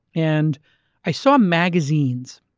and i saw magazines,